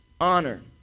honor